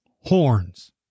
horns